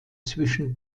zwischen